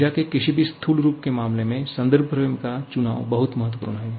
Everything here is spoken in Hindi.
ऊर्जा के किसी भी स्थूल रूप के मामले में संदर्भ फ्रेम का चुनाव बहुत महत्वपूर्ण है